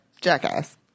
jackass